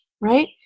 Right